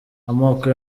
amoko